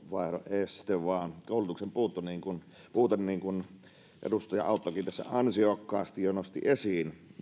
tiedonvaihdon este vaan koulutuksen puute niin kuin edustaja auttokin tässä ansiokkaasti jo nosti esiin